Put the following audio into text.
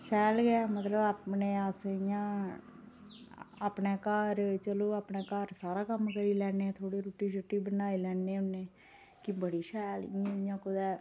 शैल गै मतलब अपने अस इं''या अपने घर चलो अपने घर सारा कम्म करी लैने ते थोह्ड़े रुट्टी बनाई लैने होन्ने कि बड़ी शैल इं'या इं'या कुदै